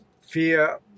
fear